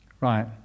Right